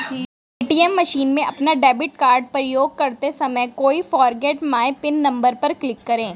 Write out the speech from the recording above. ATM machine में अपना debit card उपयोग करते समय I forget my PIN number पर क्लिक करें